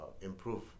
improve